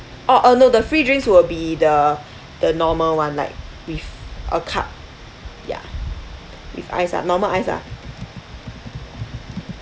orh uh no the free drinks will be the the normal [one] like with a cup ya with ice ah normal ice ah